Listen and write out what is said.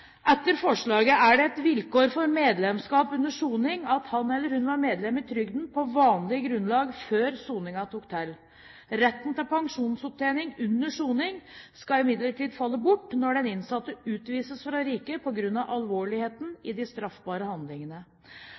Etter forslaget er det et vilkår for medlemskap under soning at han eller hun var medlem i trygden på vanlig grunnlag før soningen tok til. Retten til pensjonsopptjening under soning skal imidlertid falle bort når den innsatte utvises fra riket på grunn av alvorligheten i de straffbare handlingene.